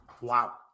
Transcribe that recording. wow